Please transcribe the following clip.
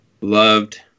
loved